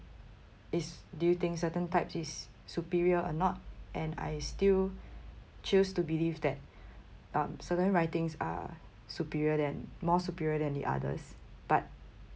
is do you think certain type is superior or not and I still choose to believe that um certain writings are superior than more superior than the others but